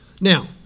Now